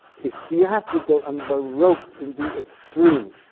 is theatrical and baroque in the extreme.